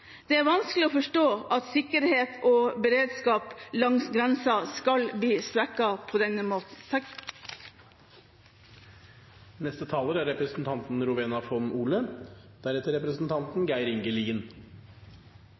Det er vanskelig å forstå at sikkerhet og beredskap langs grensa skal bli svekket på denne måten.